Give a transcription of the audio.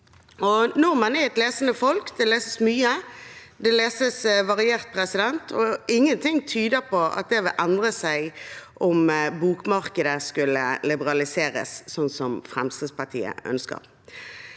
Nordmenn er et lesende folk – det leses mye, det leses variert – og ingenting tyder på at det vil endre seg om bokmarkedet skulle liberaliseres, sånn som Fremskrittspartiet ønsker.